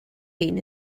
been